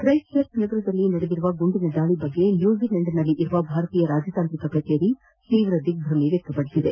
Christchurch ನಗರದಲ್ಲಿ ನಡೆದಿರುವ ಗುಂಡಿನ ದಾಳ ಬಗ್ಗೆ ನ್ಯೂಜಲೆಂಡ್ನಲ್ಲಿರುವ ಭಾರತೀಯ ರಾಜತಾಂತ್ರಿಕ ಕಚೇರಿ ದಿಗ್ದಮೆ ವ್ಯಕ್ತಪಡಿಸಿದೆ